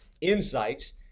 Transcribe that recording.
insights